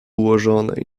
ułożone